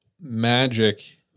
magic